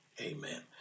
Amen